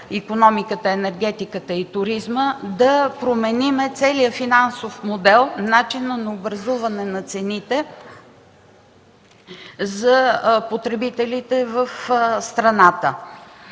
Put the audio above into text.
икономиката, енергетиката и туризма, да променим целия финансов модел, начина на образуване на цените за потребителите в страната,